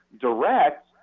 direct